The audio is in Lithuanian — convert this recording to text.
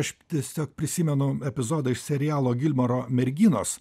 aš tiesiog prisimenu epizodą iš serialo gilmaro merginos